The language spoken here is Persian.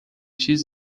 چیز